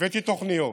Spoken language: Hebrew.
הבאתי תוכניות.